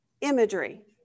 imagery